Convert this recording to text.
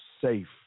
safe